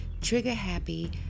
trigger-happy